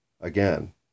again